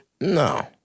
no